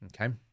Okay